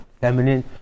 feminine